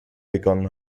begonnen